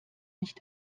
nicht